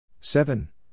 Seven